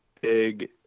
Big